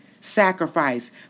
sacrifice